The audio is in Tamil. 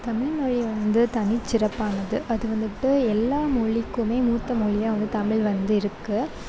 தமிழ் மொழி வந்து தனிச்சிறப்பானது அது வந்துவிட்டு எல்லா மொழிக்குமே மூத்த மொழியாக வந்து தமிழ் வந்து இருக்கு